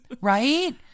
Right